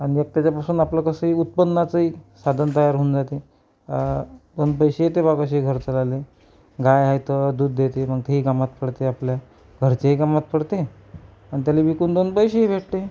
आणि एक त्याच्यापासून आपलं कसंही उत्पन्नाचंही साधन तयार होऊन जाते दोन पैसे येते बा कसे घर चालायला गाय आहे तर दूध देते मग ती ही कामात पडते आपल्या घरच्याही कामात पडते अन् त्याला विकून दोन पैसेही भेटते